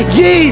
ye